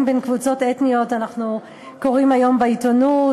בין קבוצות אתניות שאנחנו קוראים היום בעיתונות,